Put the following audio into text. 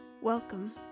Welcome